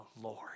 Lord